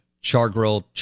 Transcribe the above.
Char-grilled